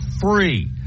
Free